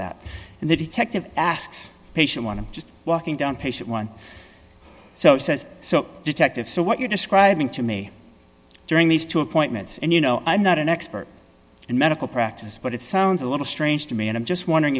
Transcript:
that in the detective asks patient want to just walking down patient one so says so detective so what you're describing to me during these two appointments and you know i'm not an expert in medical practice but it sounds a little strange to me and i'm just wondering